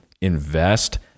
invest